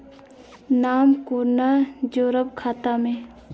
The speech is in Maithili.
नाम कोना जोरब खाता मे